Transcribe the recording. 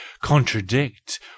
contradict